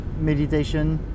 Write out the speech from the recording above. meditation